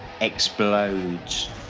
explodes